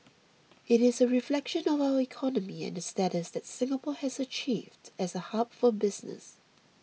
it is a reflection of our economy and the status that Singapore has achieved as a hub for business